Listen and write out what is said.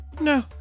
No